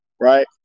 right